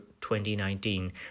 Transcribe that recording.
2019